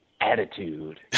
attitude